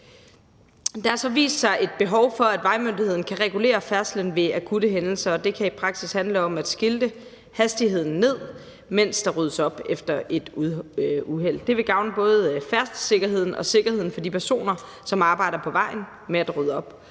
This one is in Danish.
Der har så vist sig et behov for, at vejmyndigheden kan regulere færdslen ved akutte hændelser, og det kan i praksis handle om at skilte hastigheden ned, mens der ryddes op efter et uheld. Det vil gavne både færdselssikkerheden og sikkerheden for de personer, som arbejder på vejen med at rydde op.